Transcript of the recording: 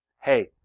hey